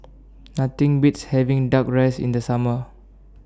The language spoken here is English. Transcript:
Nothing Beats having Duck Rice in The Summer